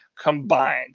Combined